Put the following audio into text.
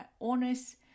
honest